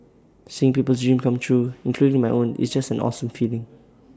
seeing people's dreams come true including my own it's just an awesome feeling